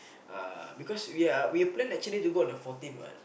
uh because we are we plan actually to go on the fourteen [what]